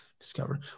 Discover